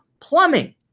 plumbing